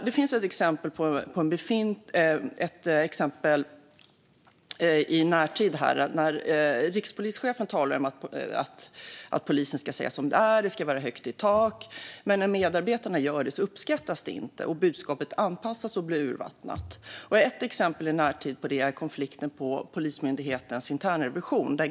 Det finns ett exempel i närtid. Rikspolischefen talar om att poliser ska säga som det är och att det ska vara högt i tak. Men när medarbetare gör det uppskattas det inte, och budskapet anpassas och blir urvattnat. Ett exempel på det i närtid är konflikten på Polismyndighetens internrevision.